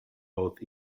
both